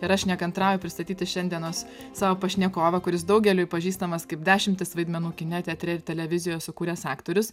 ir aš nekantrauju pristatyti šiandienos savo pašnekovą kuris daugeliui pažįstamas kaip dešimtis vaidmenų kine teatre ir televizijos sukūręs aktorius